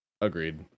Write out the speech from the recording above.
Agreed